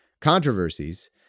controversies